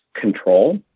control